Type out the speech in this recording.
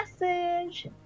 message